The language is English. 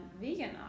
vegan